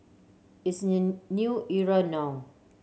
it's a new era now